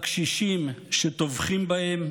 הקשישים שטובחים בהם